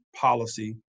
policy